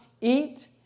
eat